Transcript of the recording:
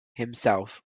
himself